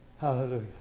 Hallelujah